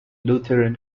lutheran